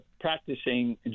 practicing